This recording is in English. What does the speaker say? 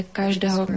každého